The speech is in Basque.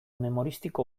memoristiko